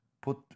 put